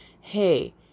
hey